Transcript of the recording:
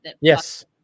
Yes